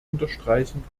unterstreichen